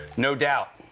no doubt.